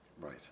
Right